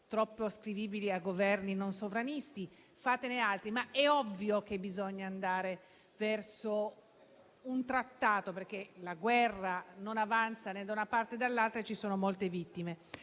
troppo ascrivibili a Governi non sovranisti; fatene altri, ma è ovvio che bisogna andare verso un trattato, perché la guerra non avanza né da una parte né dall'altra e ci sono molte vittime.